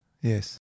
Yes